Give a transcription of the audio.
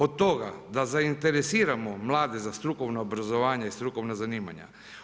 Od toga da zainteresiramo mlade za strukovno obrazovanje i strukovna zanimanja.